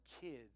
kids